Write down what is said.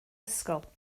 ysgol